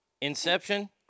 Inception